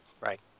Right